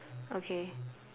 okay